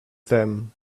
them